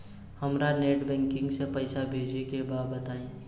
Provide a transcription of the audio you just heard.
हमरा net banking से पईसा भेजे के बा बताई?